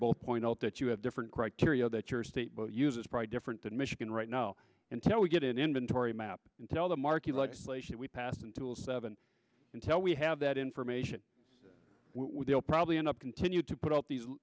both point out that you have different criteria that your state uses probably different than michigan right now until we get an inventory map and tell the marquis legislation we pass until seven until we have that information we'll probably end up continue to put out these